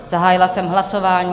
Zahájila jsem hlasování.